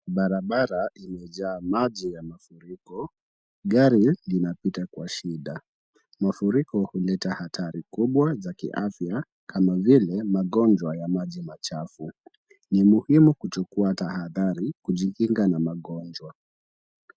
Barabara imejaa maji ya mafuriko. Gari linapita kwa shida. Mafuriko huleta hatari kubwa za kiafya kama vile magonjwa ya maji machafu. Ni muhimu kuchukua tahadhari kujikinga na magonjwa.